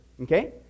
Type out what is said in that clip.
okay